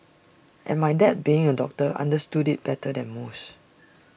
and my dad being A doctor understood IT better than most